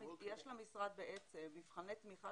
למשרד יש מבחני תמיכה